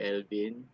Elvin